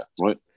right